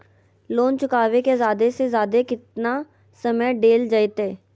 Loan चुकाबे के जादे से जादे केतना समय डेल जयते?